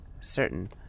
certain